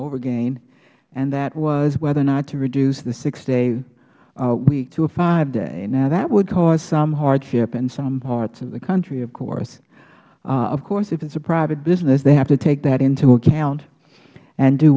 over again and that was whether or not to reduce the six day week to a five day now that would cause some hardship in some parts of the country of course of course if it is a private business they have to take that into account and do